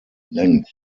length